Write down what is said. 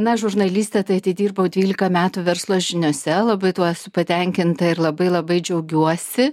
na žurnaliste tai atidirbau dvylika metų verslo žiniose labai tuo esu patenkinta ir labai labai džiaugiuosi